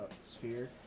sphere